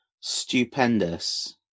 stupendous